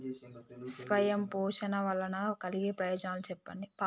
స్వయం పోషణ వల్ల కలిగే ప్రయోజనాలు చెప్పండి?